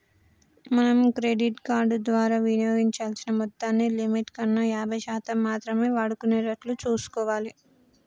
మనం credit card ద్వారా వినియోగించాల్సిన మొత్తాన్ని లిమిట్ కన్నా యాభై శాతం మాత్రమే వాడుకునేటట్లు చూసుకోవాలి